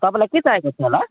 तपाईँलाई के चाहिएको थियो होला